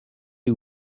est